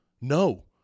No